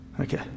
Okay